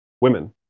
women